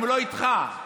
אם הוא לא איתך בזה.